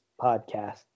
podcast